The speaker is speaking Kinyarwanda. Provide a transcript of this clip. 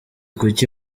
kuki